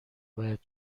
باید